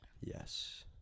Yes